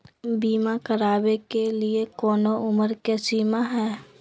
बीमा करावे के लिए कोनो उमर के सीमा है?